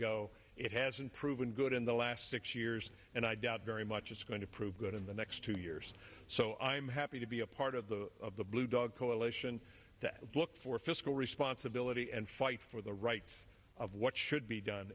go it has been proven good in the last six years and i doubt very much it's going to prove good in the next two years so i'm happy to be a part of the of the blue dog coalition to look for fiscal responsibility and fight for the rights of what should be done